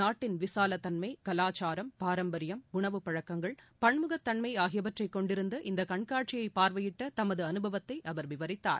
நாட்டின் விசாலத்தன்மை கலாச்சாரம் பாரம்பரியம் உளவு பழக்கங்கள் பன்முகத்தன்மை ஆகியவற்றை கொண்டிருந்த இந்த கண்காட்சியை பார்வையிட்ட தமது அனுபவத்தை அவர் விவரித்தார்